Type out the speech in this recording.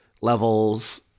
levels